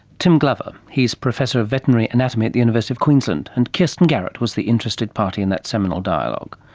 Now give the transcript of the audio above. tim glover. he is professor of veterinary anatomy at the university of queensland, and kristin garrett was the interested party in that seminal dialogue.